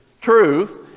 truth